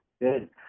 Good